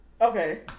Okay